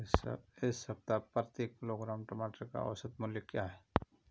इस सप्ताह प्रति किलोग्राम टमाटर का औसत मूल्य क्या है?